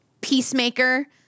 peacemaker